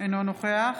אינו נוכח